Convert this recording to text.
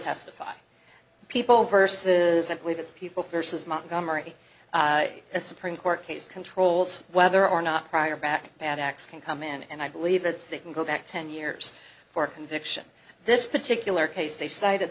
testify people versus i believe it's people versus montgomery a supreme court case controls whether or not prior back bad acts can come in and i believe that they can go back ten years for a conviction this particular case they